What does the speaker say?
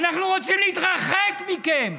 אנחנו רוצים להתרחק מכם,